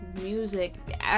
music